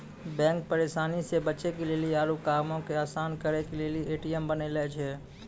bank परेशानी से बचे के लेली आरु कामो के असान करे के लेली ए.टी.एम बनैने छै